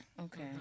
Okay